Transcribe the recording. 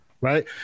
right